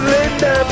Linda